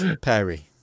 Perry